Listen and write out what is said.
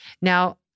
Now